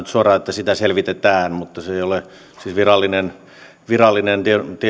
suoraan että sitä selvitetään mutta se ei ole siis virallinen